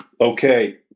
Okay